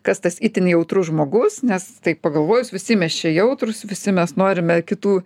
kas tas itin jautrus žmogus nes taip pagalvojus visi mes čia jautrūs visi mes norime kitų